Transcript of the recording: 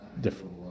different